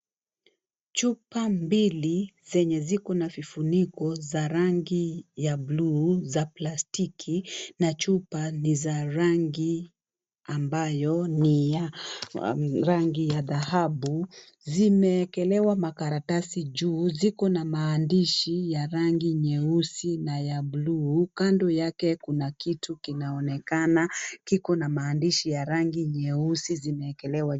Chupa mbili zenye zikona vifuniko za rangi ya bluu za plastki na chupa ni za rangi ambayo ni ya rangi ya dhahabu. Zimeekelewa makaratasi juu zikona maandishi ya rangi nyeusi na ya bluu. Kando yake kuna kitu kinaonekana kikona maandishi ya rangi nyeusi zimeekelewa.